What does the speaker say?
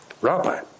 Rabbi